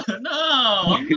no